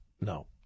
no